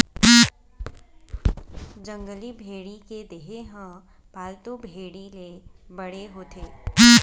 जंगली भेड़ी के देहे ह पालतू भेड़ी ले बड़े होथे